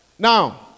Now